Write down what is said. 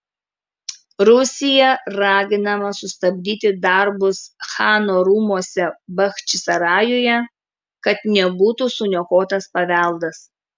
rusija raginama sustabdyti darbus chano rūmuose bachčisarajuje kad nebūtų suniokotas paveldas